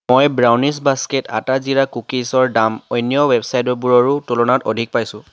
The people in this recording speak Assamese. মই ব্ৰাউনিছ বাস্কেট আটা জিৰা কুকিছৰ দাম অন্য ৱেবচাইটবোৰৰো তুলনাত অধিক পাইছোঁ